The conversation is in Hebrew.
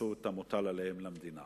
עשו את המוטל עליהם למדינה